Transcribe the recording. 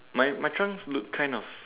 mine mine trunk look kind of